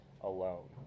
alone